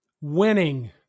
winning